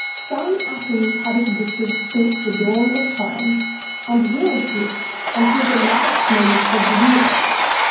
some atoms have existed since the dawn of time and will exist until the last moment of the universe,